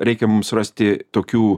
reikia mums rasti tokių